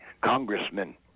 congressman